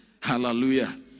Hallelujah